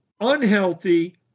unhealthy